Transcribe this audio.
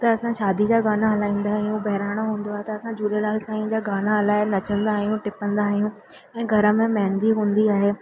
त असां शादी जा गाना हलाईंदा आहियूं ॿहिराणो हूंदो आहे त असां झूलेलाल साई जा गाना हलाए नचंदा आहियूं टपंदा आहियूं ऐं घर में मेहंदी हूंदी आहे